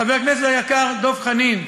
חבר הכנסת היקר דב חנין,